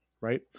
Right